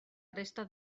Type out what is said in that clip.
resta